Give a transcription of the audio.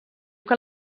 que